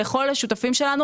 לכל השותפים שלנו,